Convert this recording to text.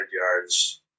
yards